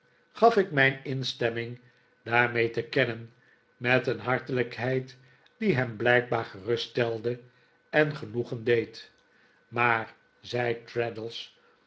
gaf ik mijn instemming daarmee te kennen met een hartelijkheid die hem blijkbaar geruststelde en genoegen deed maar zei